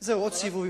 זהו, עוד סיבוב.